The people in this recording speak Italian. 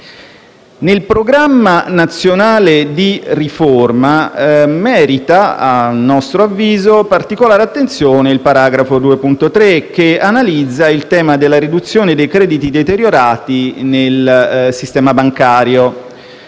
Nel Programma nazionale di riforma merita, a nostro avviso, particolare attenzione il paragrafo II.3, che analizza il tema della riduzione dei crediti deteriorati nel sistema bancario.